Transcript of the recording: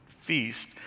feast